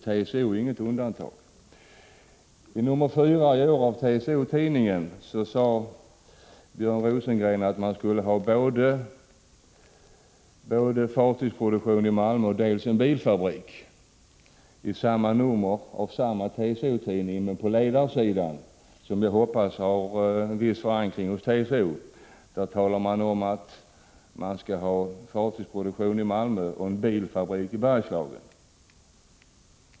TCO är inget undantag. I nr 4 av TCO-tidningen sade Björn Rosengren att man skulle ha både fartygsproduktion och en bilfabrik i Malmö. I samma nummer av tidningen men på ledarsidan, vilken vi hoppas har en viss förankring hos TCO, talar man om att man skall ha fartygsproduktion i Malmö och en bilfabrik i Bergslagen.